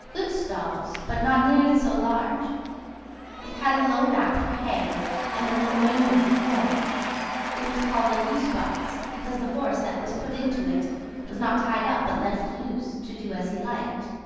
good stalls, but not nearly so large it had a low rack for hay and a low manger for corn it was called a loose box, because the horse that was put into it was not tied up, but left loose, to do as he liked.